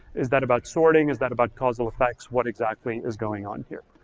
is that about sorting, is that about causal effects, what exactly is going on here,